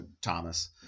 Thomas